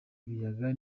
ibiyaga